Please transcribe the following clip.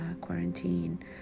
quarantine